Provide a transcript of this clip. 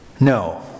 No